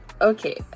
okay